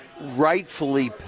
rightfully